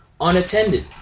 unattended